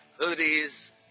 hoodies